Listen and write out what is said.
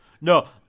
No